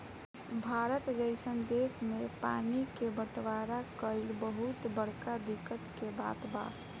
भारत जइसन देश मे पानी के बटवारा कइल बहुत बड़का दिक्कत के बात बा